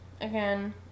again